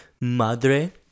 madre